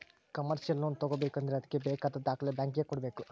commercial loan ತಗೋಬೇಕು ಅಂದ್ರೆ ಅದ್ಕೆ ಬೇಕಾದ ದಾಖಲೆ ಬ್ಯಾಂಕ್ ಗೆ ಕೊಡ್ಬೇಕು